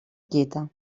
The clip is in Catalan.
quieta